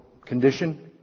condition